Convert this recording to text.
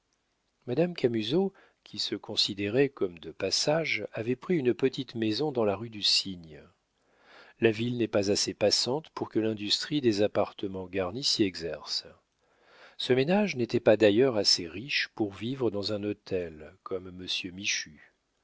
madame camusot qui se considérait comme de passage avait pris une petite maison dans la rue du cygne la ville n'est pas assez passante pour que l'industrie des appartements garnis s'y exerce ce ménage n'était pas d'ailleurs assez riche pour vivre dans un hôtel comme